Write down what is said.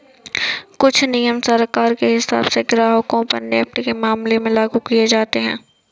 कुछ नियम सरकार के हिसाब से ग्राहकों पर नेफ्ट के मामले में लागू किये जाते हैं